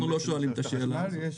אנחנו לא שואלים את השאלה הזאת?